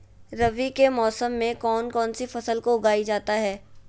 रवि के मौसम में कौन कौन सी फसल को उगाई जाता है?